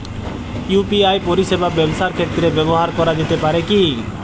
UPI পরিষেবা ব্যবসার ক্ষেত্রে ব্যবহার করা যেতে পারে কি?